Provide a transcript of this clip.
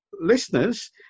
listeners